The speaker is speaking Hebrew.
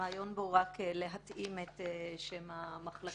הרעיון בו הוא רק להתאים את שם המחלקה,